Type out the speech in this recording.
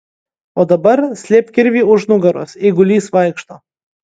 o dabar slėpk kirvį už nugaros eigulys vaikšto